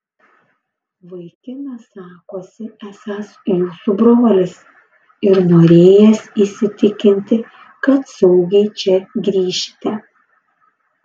vaikinas sakosi esąs jūsų brolis ir norėjęs įsitikinti kad saugiai čia grįšite